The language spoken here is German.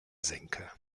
senke